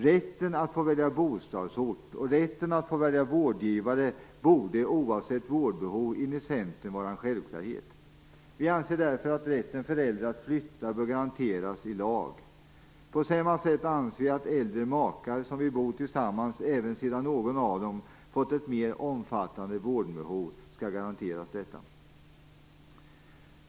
Rätten att få välja bostadsort och rätten att få välja vårdgivare borde oavsett vårdbehov enligt Centern vara en självklarhet. Vi anser därför att rätten för äldre att flytta bör garanteras i lag. På samma sätt anser vi att äldre makar som vill bo tillsammans även efter att någon av dem fått ett mer omfattande vårdbehov, skall garanteras detta.